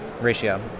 ratio